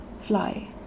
fly